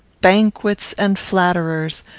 banquets, and flatterers,